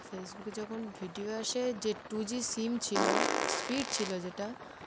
ফেসবুকে যখন ভিডিও আসে যে টু জি সিম ছিল স্পিড ছিল যেটা